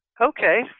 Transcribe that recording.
Okay